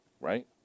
right